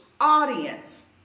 audience